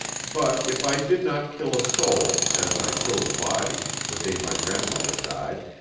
but if i did not kill a soul, as i killed a body, the day my grandmother died,